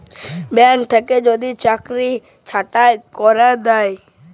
bank থ্যাইকে যদি cheque certified ক্যইরে দ্যায়